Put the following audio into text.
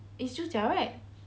it's 猪脚 right